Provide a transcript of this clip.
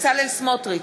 בצלאל סמוטריץ,